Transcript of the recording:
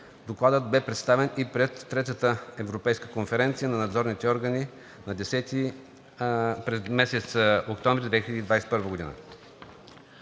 Докладът бе представен и пред третата Европейска конференция на надзорните органи на 10 октомври 2021 г.